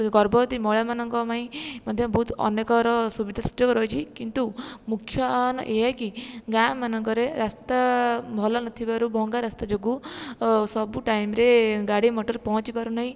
ଗଭବର୍ତୀ ମହିଳା ମାନଙ୍କ ପାଇଁ ମଧ୍ୟ ବହୁତ ଅନେକର ସୁବିଧା ସୁଯୋଗ ରହିଛି କିନ୍ତୁ ମୁଖ୍ୟ ଏଇଆ କି ଗାଁ ମାନଙ୍କରେ ରାସ୍ତା ଭଲ ନ ଥିବାରୁ ଭଙ୍ଗା ରାସ୍ତା ଯୋଗୁଁ ସବୁ ଟାଇମ୍ରେ ଗାଡ଼ି ମଟର ପହଞ୍ଚି ପାରୁ ନାହିଁ